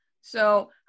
So-